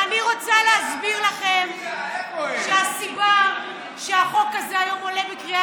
אני רוצה להסביר לכם שהסיבה שהחוק הזה עולה היום בקריאה